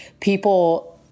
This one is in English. people